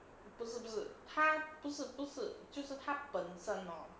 不是不是她不是不是就是她本身 hor